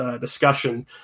discussion